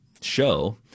show